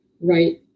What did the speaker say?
Right